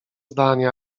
zdanie